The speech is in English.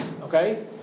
Okay